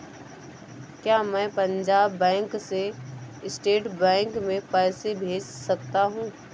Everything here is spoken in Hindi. क्या मैं पंजाब बैंक से स्टेट बैंक में पैसे भेज सकता हूँ?